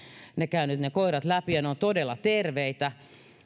käynyt ne koirat läpi ja ne ovat todella terveitä